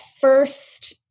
first